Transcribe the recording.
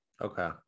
Okay